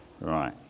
Right